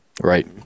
Right